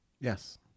Yes